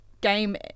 game